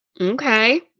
Okay